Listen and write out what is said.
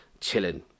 chilling